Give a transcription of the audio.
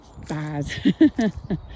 bad